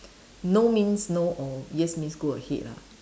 no means no or yes means go ahead lah